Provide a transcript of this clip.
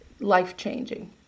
Life-changing